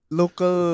local